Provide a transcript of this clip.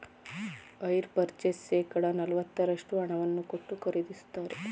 hire purchase ಶೇಕಡ ನಲವತ್ತರಷ್ಟು ಹಣವನ್ನು ಕೊಟ್ಟು ಖರೀದಿಸುತ್ತಾರೆ